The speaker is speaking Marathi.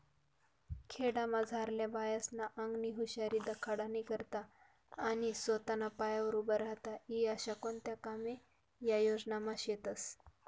खेडामझारल्या बायास्ना आंगनी हुशारी दखाडानी करता आणि सोताना पायावर उभं राहता ई आशा कोणता कामे या योजनामा शेतस